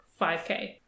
5k